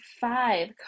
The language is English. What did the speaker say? five